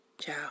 Ciao